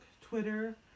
Twitter